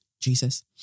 Jesus